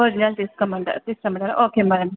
original తీసుకురమ్మంటారా okay madam